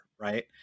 right